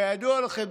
כידוע לכם,